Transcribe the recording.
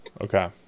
Okay